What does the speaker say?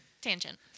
Tangent